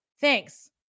Thanks